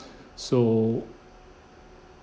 so